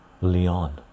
Leon